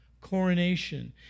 coronation